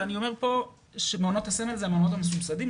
ואני אומר פה שמעונות הסמל הם המעונות המסובסדים,